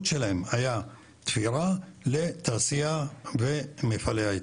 שלהם היה תפירה לתעשייה ומפעלי הייטק?